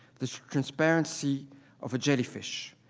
the transparency of a jellyfish.